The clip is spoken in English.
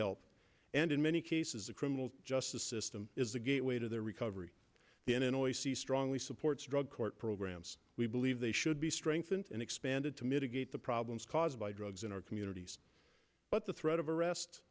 help and in many cases the criminal justice system is the gateway to their recovery in an oist he strongly supports drug court programs we believe they should be strengthened and expanded to mitigate the problems caused by drugs in our communities but the threat of arrest